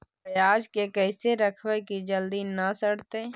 पयाज के कैसे रखबै कि जल्दी न सड़तै?